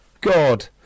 God